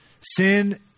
Sin